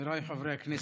חבריי חברי הכנסת,